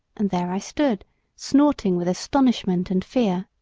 and there i stood snorting with astonishment and fear.